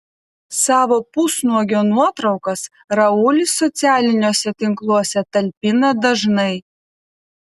savo pusnuogio nuotraukas raulis socialiniuose tinkluose talpina dažnai